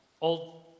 old